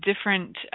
different